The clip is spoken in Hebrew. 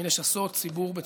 מלשסות ציבור בציבור.